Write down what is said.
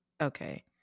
okay